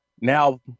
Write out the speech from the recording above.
Now